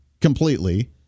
completely